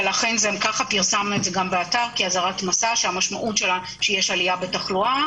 ולכן פרסמנו גם באתר כאזהרת מסע שהמשמעות שלה היא שיש עלייה בתחלואה,